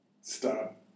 Stop